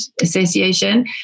association